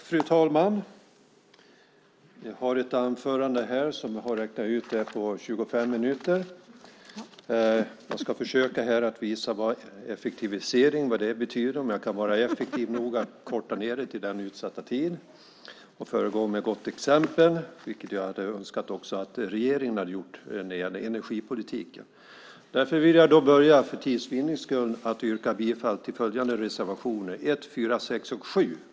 Fru talman! Jag har ett anförande här som jag har räknat ut är på 25 minuter. Jag ska försöka att visa vad effektivisering betyder, om jag kan vara effektiv nog att korta ned det till den utsatta tiden på tolv minuter och föregå med gott exempel. Det hade jag önskat att regeringen hade gjort när det gäller energipolitiken. Jag vill börja med att yrka bifall till följande reservationer: 1, 4, 6 och 7.